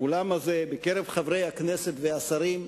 באולם הזה, מקרב חברי הכנסת והשרים,